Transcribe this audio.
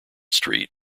street